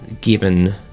given